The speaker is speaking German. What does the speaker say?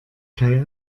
kai